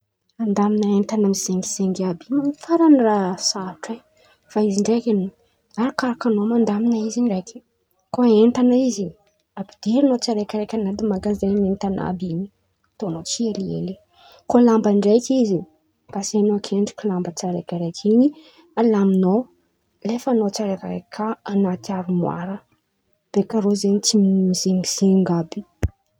Andamin̈a entan̈a mizengizengy àby in̈y faran̈y raha sarotro e, fa izy ndraiky arakarakan̈ao mandamin̈a izy ndraiky. Kô entan̈a izy ampidirin̈ao tsiraikaraiky an̈aty magazin entan̈a àby in̈y, ataon̈ao tsihelihely, kô lamba ndraiky izy pasean̈ao ankendriky.